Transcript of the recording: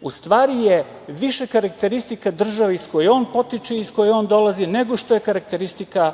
u stvari je više karakteristika države iz koje on potiče, iz koje dolazi, nego što je karakteristika